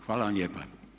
Hvala vam lijepa.